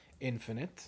infinite